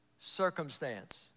circumstance